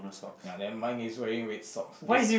ya nevermind he is wearing red socks this